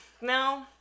no